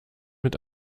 mit